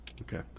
okay